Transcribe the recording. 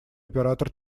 оператор